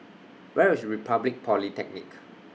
Where IS Republic Polytechnic